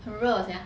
很热 sia